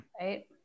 right